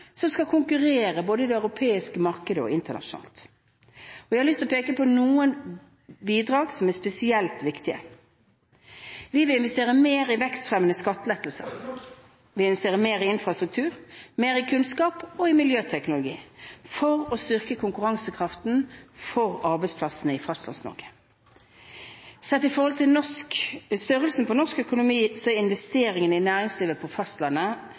som skal konkurrere, både i det europeiske markedet og internasjonalt. Jeg har lyst å peke på noen bidrag som er spesielt viktige. Vi vil investere mer i vekstfremmende skattelettelser, infrastruktur, kunnskap og miljøteknologi for å styrke konkurransekraften til arbeidsplassene i Fastlands-Norge. Sett i forhold til størrelsen på norsk økonomi, er investeringene i næringslivet på fastlandet